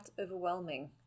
overwhelming